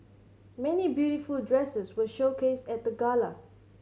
many beautiful dresses were showcased at the gala